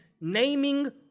naming